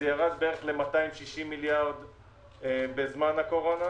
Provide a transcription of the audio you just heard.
זה ירד בערך ל-260 מיליארד שקל בזמן הקורונה,